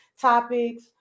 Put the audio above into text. topics